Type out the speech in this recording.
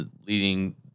leading –